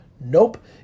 Nope